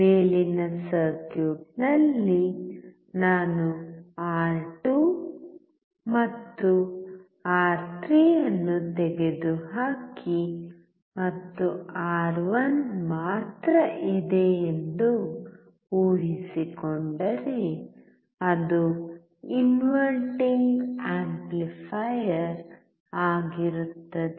ಮೇಲಿನ ಸರ್ಕ್ಯೂಟ್ನಲ್ಲಿ ನಾನು ಆರ್2 ಮತ್ತು ಆರ್3 ಅನ್ನು ತೆಗೆದುಹಾಕಿ ಮತ್ತು ಆರ್1 ಮಾತ್ರ ಇದೆ ಎಂದು ಊಹಿಸಿಕೊಂಡರೆ ಅದು ಇನ್ವರ್ಟಿಂಗ್ ಆಂಪ್ಲಿಫಯರ್ ಆಗಿರುತ್ತದೆ